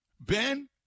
Ben